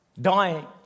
dying